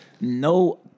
no